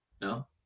No